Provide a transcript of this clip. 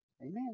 Amen